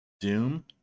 Doom